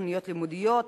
תוכניות לימודיות,